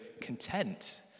content